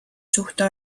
suhte